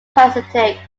parasitic